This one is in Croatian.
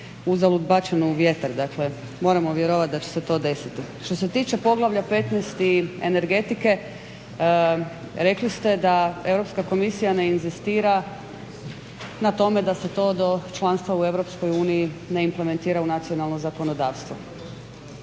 uzalud bačeno u vjetar. Dakle, moramo vjerovati da će se to desiti. Što se tiče Poglavlja 15. i energetike rekli ste da Europska komisija ne inzistira na tome da se to do članstva u EU ne implementira u nacionalno zakonodavstvo.